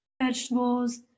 vegetables